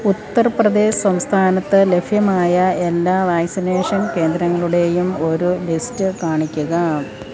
ഉത്തർപ്രദേശ് സംസ്ഥാനത്ത് ലഭ്യമായ എല്ലാ വാക്സിനേഷൻ കേന്ദ്രങ്ങളുടെയും ഒരു ലിസ്റ്റ് കാണിക്കുക